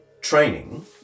training